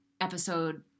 episode